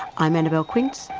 i'm annabelle quince,